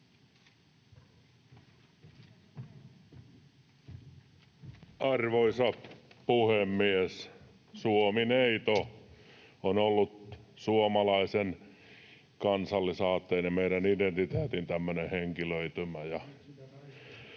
Arvoisa puhemies! Suomi-neito on ollut tämmöinen suomalaisen kansallisaatteen ja meidän identiteetin henkilöitymä.